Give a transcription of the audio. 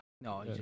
No